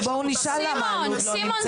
ובואו נשאל למה אלו"ט לא נמצאים בגן.